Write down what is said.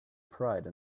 pride